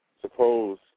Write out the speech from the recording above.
Suppose